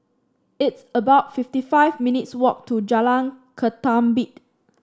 it's about fifty five minutes' walk to Jalan Ketumbit